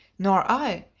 nor i.